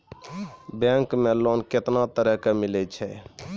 Bank मे loan कैतना तरह के मिलै छै?